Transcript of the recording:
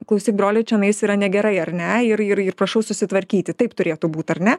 klausyk broli čianais yra negerai ar ne ir ir ir prašau susitvarkyti taip turėtų būti ar ne